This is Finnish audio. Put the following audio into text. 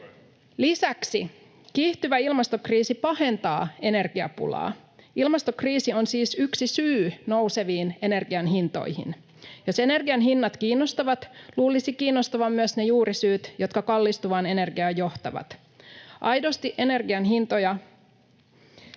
Lisäksi kiihtyvä ilmastokriisi pahentaa energiapulaa. Ilmastokriisi on siis yksi syy nouseviin energian hintoihin. Jos energian hinnat kiinnostavat, luulisi kiinnostavan myös ne juurisyyt, jotka kallistuvaan energiaan johtavat. Aidosti energian hintoja